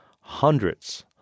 hundreds